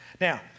Now